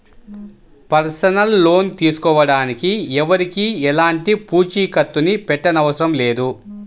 personal loan తీసుకోడానికి ఎవరికీ ఎలాంటి పూచీకత్తుని పెట్టనవసరం లేదు